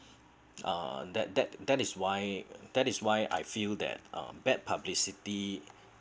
uh that that that is why that is why I feel that um bad publicity